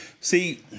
See